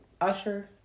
Usher